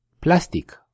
plastic